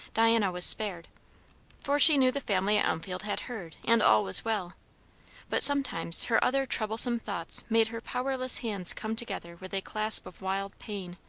diana was spared for she knew the family at elmfield had heard, and all was well but sometimes her other troublesome thoughts made her powerless hands come together with a clasp of wild pain.